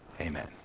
Amen